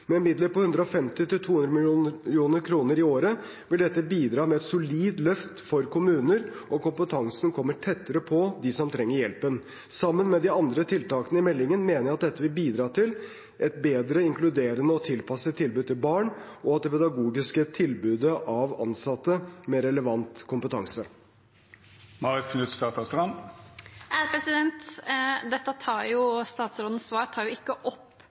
Med midler på 150–200 mill. kr i året vil dette bidra med et solid løft for kommuner, og kompetansen kommer tettere på dem som trenger hjelpen. Sammen med de andre tiltakene i meldingen mener jeg at dette vil bidra til et mer inkluderende og bedre tilpasset tilbud til barn, og at det pedagogiske tilbudet gis av ansatte med relevant kompetanse. Statsrådens svar tar ikke opp utfordringene knyttet til økonomi og nedskjæringene som kommer allerede i 2020. Kommunene får heller ikke